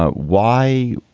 ah why?